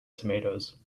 tomatoes